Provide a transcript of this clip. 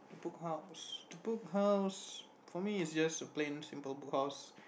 Book House the Book House for me it's just a plain simple Book House